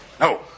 No